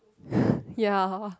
ya